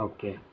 Okay